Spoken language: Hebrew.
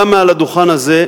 גם על הדוכן הזה,